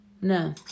No